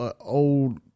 old